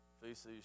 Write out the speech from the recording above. feces